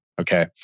Okay